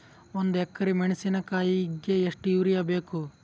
ಒಂದ್ ಎಕರಿ ಮೆಣಸಿಕಾಯಿಗಿ ಎಷ್ಟ ಯೂರಿಯಬೇಕು?